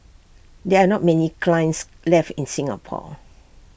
there are not many kilns left in Singapore